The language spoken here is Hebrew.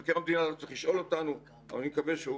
מבקר המדינה לא צריך לשאול אותנו אבל אני מקווה שהוא